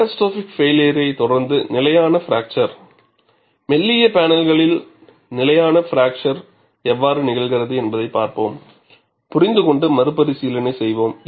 catastrophic பைளியரை தொடர்ந்து நிலையான பிராக்ச்சர் மெல்லிய பேனல்களில் நிலையான பிராக்சர் எவ்வாறு நிகழ்கிறது என்பதைப் பார்ப்போம் புரிந்துகொண்டு மறுபரிசீலனைசெய்வோம்